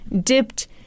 dipped